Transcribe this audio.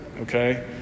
okay